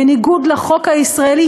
בניגוד לחוק הישראלי,